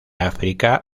áfrica